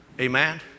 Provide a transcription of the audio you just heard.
Amen